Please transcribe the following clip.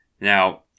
Now